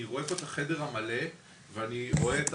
כי אני רואה פה את החדר המלא ואני רואה את